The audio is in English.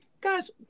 guys